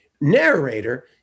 narrator